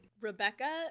Rebecca